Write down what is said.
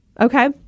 Okay